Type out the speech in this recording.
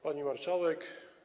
Pani Marszałek!